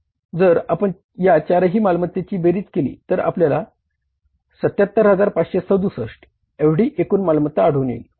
जर आपण या चारही मालमत्तेची बेरीज केली तर आपल्याला 77567 एवढी एकूण मालमत्ता आढळून येईल